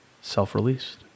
self-released